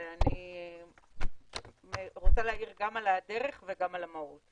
ואני רוצה להעיר גם על הדרך וגם על המהות.